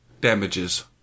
damages